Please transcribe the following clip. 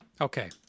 Okay